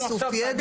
איסוף ידע,